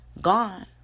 gone